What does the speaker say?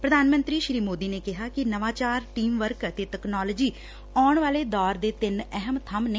ਪ੍ਰਧਾਨ ਮੰਤਰੀ ਸ੍ਰੀ ਮੋਦੀ ਨੇ ਕਿਹਾ ਕਿ ਨਵਾਚਾਰ ਟੀਮ ਵਰਕ ਅਤੇ ਤਕਨਾਲੋਜੀ ਦੇ ਆਉਣ ਵਾਲੇ ਦੌਰ ਦੇ ਤਿੰਨ ਅਹਿਮ ਬੰਮ ਨੇ